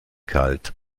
kalt